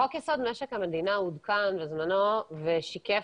חוק יסוד משק המדינה עודכן בזמנו ושיקף